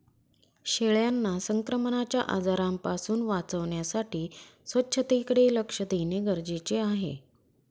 शेळ्यांना संक्रमणाच्या आजारांपासून वाचवण्यासाठी स्वच्छतेकडे लक्ष देणे गरजेचे आहे